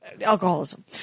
alcoholism